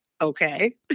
okay